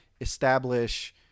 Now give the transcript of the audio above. establish